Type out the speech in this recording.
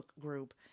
group